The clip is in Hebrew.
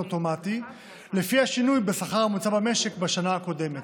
אוטומטי לפי השינוי בשכר הממוצע במשק בשנה הקודמת.